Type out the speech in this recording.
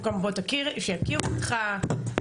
בוא תכיר שיכירו אותך,